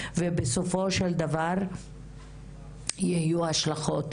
ובסופו של דבר יהיו השלכות,